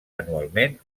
anualment